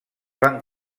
van